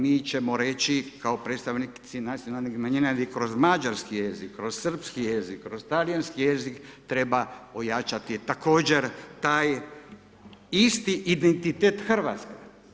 Mi ćemo reći kao predstavnici nacionalnih manjina kroz mađarski jezik, kroz srpski jezik, kroz talijanski jezik treba ojačati također taj isti identitet hrvatski.